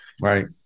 Right